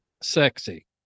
sexy